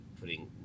putting